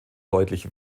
deutlich